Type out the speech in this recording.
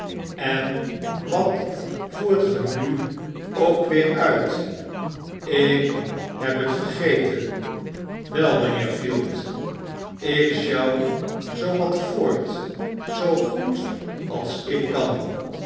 en wat voert ge nu ook weer uit ik heb het vergeten wel mynheer field ik sjouw zoowat voort zoo goed als ik kan